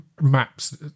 maps